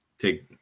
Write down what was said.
take